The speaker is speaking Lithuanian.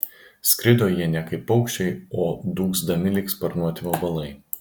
skrido jie ne kaip paukščiai o dūgzdami lyg sparnuoti vabalai